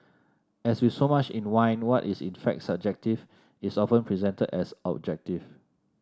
as with so much in wine what is in fact subjective is often presented as objective